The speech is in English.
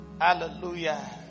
Hallelujah